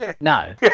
No